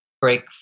break